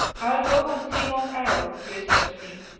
i'll go and see long arrow, he whispered to me.